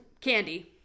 Candy